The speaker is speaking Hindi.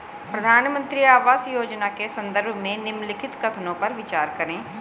प्रधानमंत्री आवास योजना के संदर्भ में निम्नलिखित कथनों पर विचार करें?